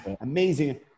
amazing